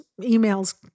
emails